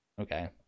okay